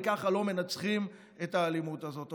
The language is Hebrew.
ככה לא מנצחים את האלימות הזאת.